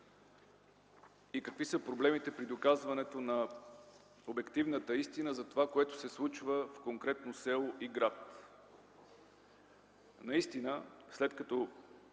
и какви са проблемите при доказването на обективната истина за това, което се случва в едно конкретно село и град. Наистина, след като